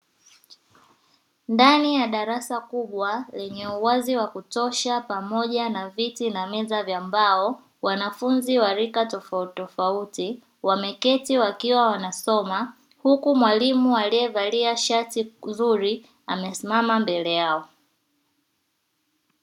Ndani ya darasa kubwa lenye uwazi wa kutosha pamoja na meza na viti vya mbao, wanafunzi wa rika tofauti tofauti wameketi wakiwa wanasoma, huku mwalimu alievalia shati zuri akiwa amesimama mbele yao.